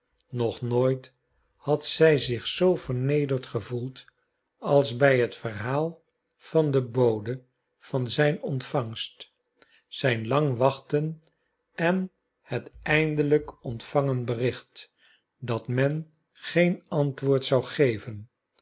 nog nooit had zij zich zoo vernederd gevoeld als bij het verhaal van den bode van zijn ontvangst zijn lang wachten en het eindelijk ontvangen bericht dat men geen antwoord zou geven